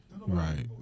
Right